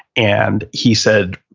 and he said,